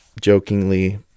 jokingly